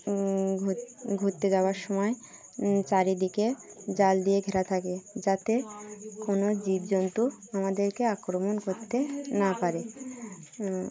ঘ ঘুরতে যাওয়ার সময় চারিদিকে জাল দিয়ে ঘেরা থাকে যাতে কোনো জীব জন্তু আমাদেরকে আক্রমণ করতে না পারে